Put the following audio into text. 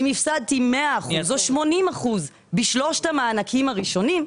אם הפסדתי 100% או 80% בשלושת המענקים הראשונים,